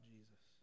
Jesus